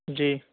جی